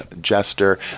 Jester